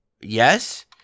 yes